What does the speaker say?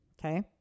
Okay